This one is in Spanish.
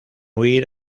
huir